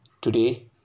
today